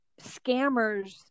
scammers